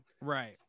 Right